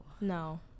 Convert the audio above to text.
no